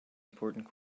important